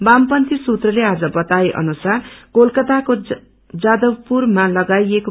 वामपन्थी सुत्रले आज वताए अनुसार कोलकाताको जादवपुरमालगाइकऐ